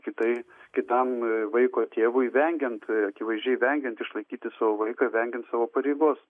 kitai kitam vaiko tėvui vengiant akivaizdžiai vengiant išlaikyti savo vaiką vengiant savo pareigos